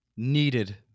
Needed